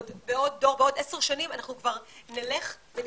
בעוד עשר שנים, אנחנו נלך ונצטמצם.